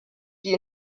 die